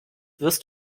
wirst